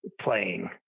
playing